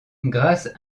grâce